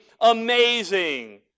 amazing